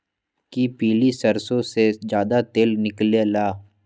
कि पीली सरसों से ज्यादा तेल निकले ला?